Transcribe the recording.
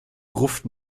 gruft